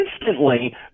instantly